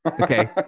Okay